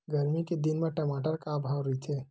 गरमी के दिन म टमाटर का भाव रहिथे?